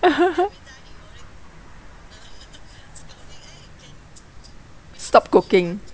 stop cooking